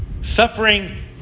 Suffering